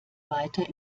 weiter